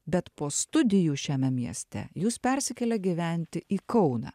bet po studijų šiame mieste jūs persikėlė gyventi į kauną